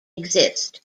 exist